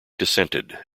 dissented